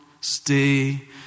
stay